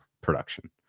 production